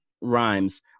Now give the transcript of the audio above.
rhymes